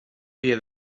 via